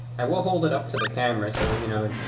i will hold it up to the camera. so, you know,